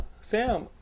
Sam